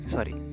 Sorry